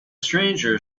stranger